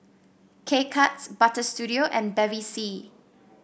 K Cuts Butter Studio and Bevy C